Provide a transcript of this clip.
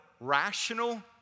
rational